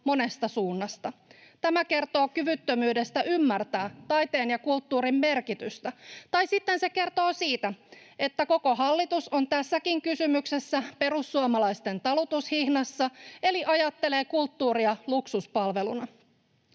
monesta suunnasta. Tämä kertoo kyvyttömyydestä ymmärtää taiteen ja kulttuurin merkitystä, tai sitten se kertoo siitä, että koko hallitus on tässäkin kysymyksessä perussuomalaisten talutushihnassa eli ajattelee kulttuuria luksuspalveluna.